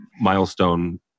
Milestone